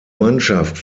mannschaft